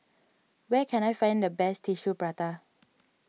where can I find the best Tissue Prata